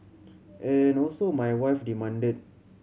and also my wife demanded